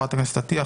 חברת הכנסת עטייה,